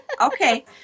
Okay